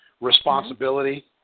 responsibility